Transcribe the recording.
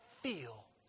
feel